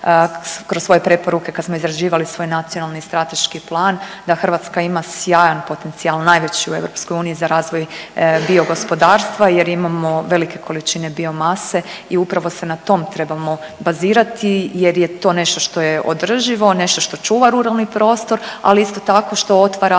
kroz svoje preporuke kad smo izrađivali svoj nacionalni strateški plan, da Hrvatska ima sjajan potencijal, najveći u EU, za razvoj biogospodarstva jer imamo velike količine biomase i upravo se na tom trebamo bazirati jer je to nešto što je održivo, nešto što čuva ruralni prostor, ali isto tako, što otvara